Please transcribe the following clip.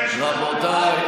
רבותיי,